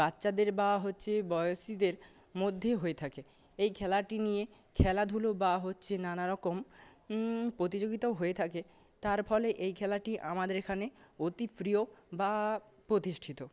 বাচ্চাদের বা হচ্ছে বয়সীদের মধ্যে হয়ে থাকে এই খেলাটি নিয়ে খেলাধুলো বা হচ্ছে নানা রকম প্রতিযোগিতাও হয়ে থাকে তার ফলে এই খেলাটি আমাদের এখানে অতি প্রিয় বা প্রতিষ্ঠিত